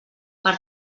per